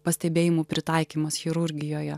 pastebėjimų pritaikymas chirurgijoje